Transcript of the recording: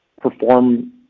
perform